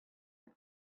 hep